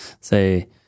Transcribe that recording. say